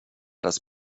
das